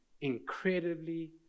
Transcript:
incredibly